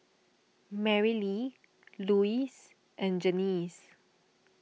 Marylee Luis and Janice